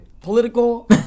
political